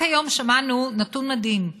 רק היום שמענו נתון מדהים.